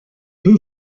był